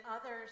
others